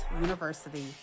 University